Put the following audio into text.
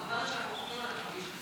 זאת אומרת שהם רוכבים על הכביש.